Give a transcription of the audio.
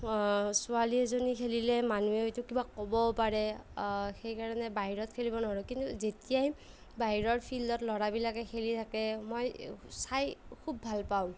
ছোৱালী এজনীয়ে খেলিলে মানুহে হয়তো কিবা ক'বও পাৰে সেইকাৰণে বাহিৰত খেলিব নোৱাৰোঁ কিন্তু যেতিয়াই বাহিৰৰ ফিল্ডত ল'ৰাবিলাকে খেলি থাকে মই চাই খুব ভাল পাওঁ